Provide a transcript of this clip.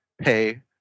pay